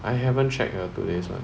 I haven't check the today's [one]